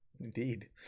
Indeed